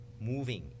moving